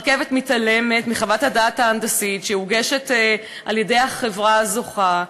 הרכבת מתעלמת מחוות הדעת ההנדסית שמוגשת על-ידי החברה הזוכה,